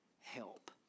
help